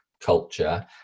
culture